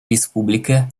республика